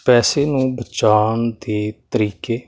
ਪੈਸੇ ਨੂੰ ਬਚਾਉਣ ਦੇ ਤਰੀਕੇ